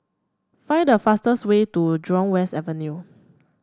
find a fastest way to Jurong West Avenue